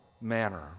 manner